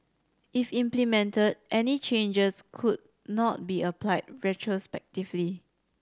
if implemented any changes could not be applied retrospectively